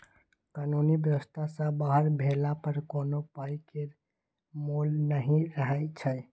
कानुनी बेबस्था सँ बाहर भेला पर कोनो पाइ केर मोल नहि रहय छै